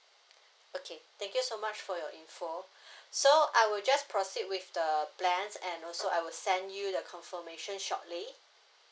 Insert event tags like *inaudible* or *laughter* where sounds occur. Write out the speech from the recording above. *breath* okay thank you so much for your info *breath* so I will just proceed with the plans and also I will send you the confirmation shortly